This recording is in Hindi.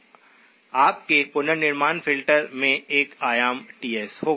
आपके पुनर्निर्माण फ़िल्टर में एक आयाम Ts होगा